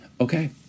okay